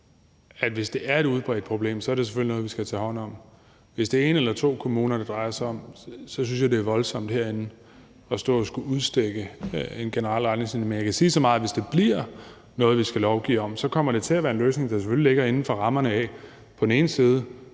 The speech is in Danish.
udbredt problem, er jo det selvfølgelig noget, vi skal tage hånd om. Hvis det er en eller to kommuner, det drejer sig om, så synes jeg, det er voldsomt at stå herinde og skulle udstikke en generel retningslinje. Men jeg kan sige så meget, at hvis det bliver noget, vi skal lovgive om, så kommer det selvfølgelig til at være en løsning, der ligger inden for rammerne af, at det på den ene side